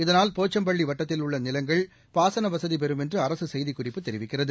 இதனால் போச்சம்பள்ளி வட்டத்தில் உள்ள நிலங்கள் பாசன வசதிபெறும் என்று அரசு செய்திக்குறிப்பு தெரிவிக்கிறது